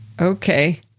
Okay